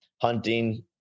hunting